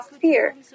fear